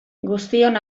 guztion